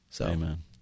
Amen